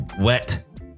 wet